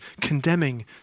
condemning